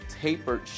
tapered